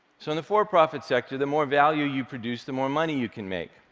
so in the for-profit sector, the more value you produce, the more money you can make.